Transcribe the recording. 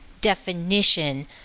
definition